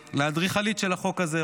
לאדריכלית של החוק הזה,